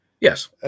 Yes